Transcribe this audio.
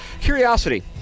curiosity